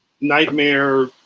Nightmare